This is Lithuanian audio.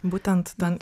būtent ten t